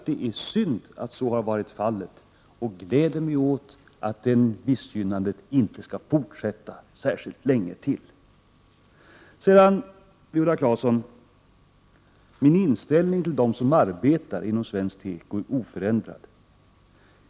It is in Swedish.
Det är synd att så har varit fallet, och jag gläder mig åt att detta missgynnande inte skall fortsätta särskilt länge till. Viola Claesson! Min inställning till dem som arbetar inom svensk teko är oförändrad.